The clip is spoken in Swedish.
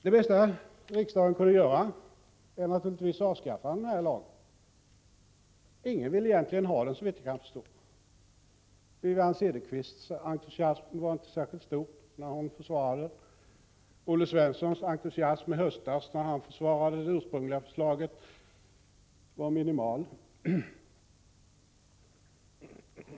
Det bästa som riksdagen kunde göra vore naturligtvis att avskaffa den här lagen. Såvitt jag kan förstå är det egentligen ingen som vill ha den. Wivi-Anne Cederqvists entusiasm när hon försvarade den var inte särskilt stor, och Olle Svenssons entusiasm i höstas när han försvarade det ursprungliga förslaget var minimal.